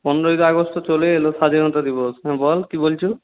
পনেরোই আগস্ট তো চলে এল স্বাধীনতা দিবস হুম বল কী বলছো